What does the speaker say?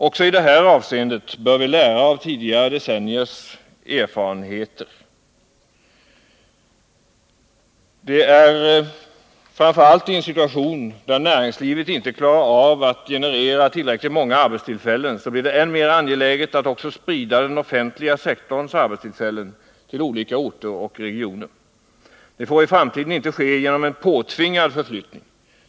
Också i detta avseende bör vi lära av tidigare decenniers erfarenheter. I en situation då näringslivet inte klarar att generera tillräckligt många arbetstillfällen blir det än mer angeläget att också sprida den offentliga sektorns arbetstillfällen till olika orter och regioner. Det får i framtiden inte ske genom en påtvingad förflyttning.